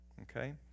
Okay